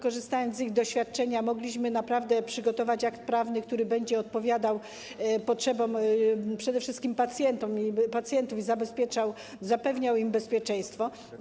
Korzystając z ich doświadczenia, mogliśmy naprawdę przygotować akt prawny, który będzie odpowiadał przede wszystkim potrzebom pacjentów i zabezpieczał, zapewniał im bezpieczeństwo.